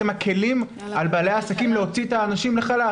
אתם מקילים על בעלי העסקים להוציא את האנשים לחל"ת.